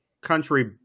country